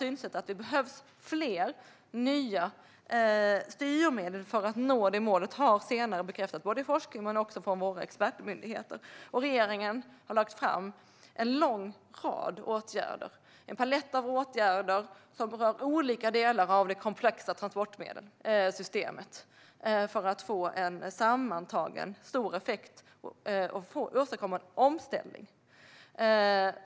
Synsättet att det behövs fler nya styrmedel för att nå målet har senare bekräftats både i forskning och av våra expertmyndigheter. Regeringen har lagt fram en lång rad, en palett, av förslag till åtgärder som berör olika delar av det komplexa transportsystemet för att få en sammantagen stor effekt och för att åstadkomma en omställning.